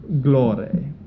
glory